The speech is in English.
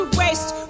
waste